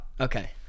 okay